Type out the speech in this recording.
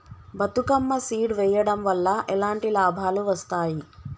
Bathukamma seed వెయ్యడం వల్ల ఎలాంటి లాభాలు వస్తాయి?